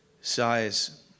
size